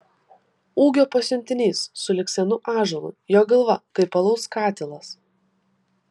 ūgio pasiuntinys sulig senu ąžuolu jo galva kaip alaus katilas